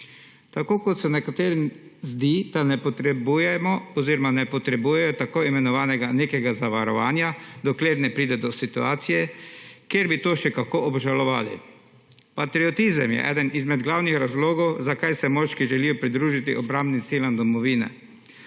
tako kot se nekaterim zdi, da ne potrebujemo oziroma ne potrebujejo tako imenovanega zavarovanja, dokler ne pride do situacije, kjer bi to še kako obžalovali. Patriotizem je eden izmed glavnih razlogov, zakaj se moški želijo pridružiti obrambnim silam domovine.